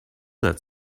that